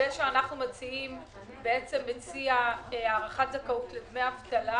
המתווה שאנחנו מציעים הוא הארכת זכאות לדמי אבטלה